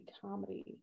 comedy